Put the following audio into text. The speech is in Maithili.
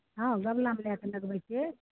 हॅं गमलामे लै कऽ लगबै छियै